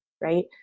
right